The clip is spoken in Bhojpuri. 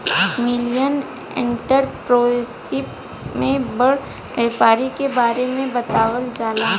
मिलेनियल एंटरप्रेन्योरशिप में बड़ व्यापारी के बारे में बतावल जाला